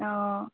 অঁ